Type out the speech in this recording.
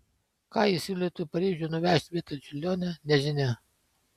ką ji siūlytų į paryžių nuvežti vietoj čiurlionio nežinia